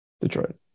Detroit